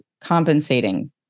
compensating